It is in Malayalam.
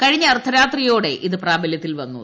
കഴിഞ്ഞ അർദ്ധരാത്രിയോടെ ഇത് പ്രാബല്യത്തിൽ വന്നു